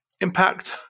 impact